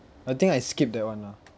I think I skip that one lah